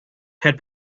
had